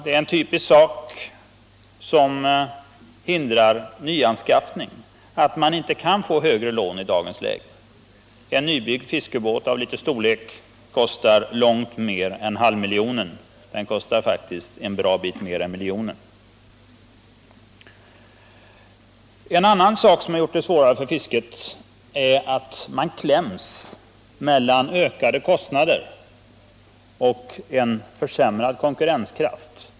Det faktum att man i dagens läge inte kan få högre lån är något som hindrar nyanskaffning. En nybyggd fiskebåt av liten storlek kostar faktiskt långt mer än en miljon. En annan sak som gjort det svårare för fisket är att man kläms mellan ökade kostnader och en försämrad konkurrenskraft.